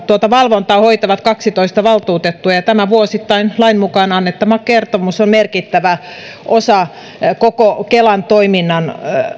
tuota valvontaa hoitavat kaksitoista valtuutettua ja tämä vuosittain lain mukaan annettava kertomus on merkittävä osa koko kelan toiminnan